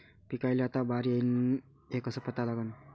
पिकाले आता बार येईन हे कसं पता लागन?